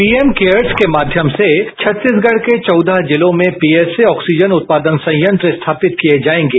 PM cares के माध्यम से छत्तीसगढ़ के चौदह जिलों में पीएसए ऑक्सीजन उत्पादन संयंत्र स्थापित किये जायेंगे